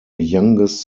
youngest